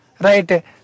Right